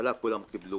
בהתחלה כולם קיבלו